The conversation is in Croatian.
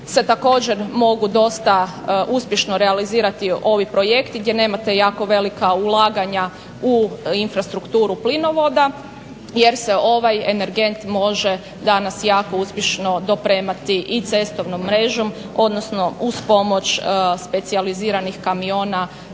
se također mogu dosta uspješno realizirati ovi projekti gdje nemate jako velika ulaganja u infrastrukturu plinovoda jer se ovaj energent može danas jako uspješno dopremati i cestovnom mrežom, odnosno uz pomoć specijaliziranih kamiona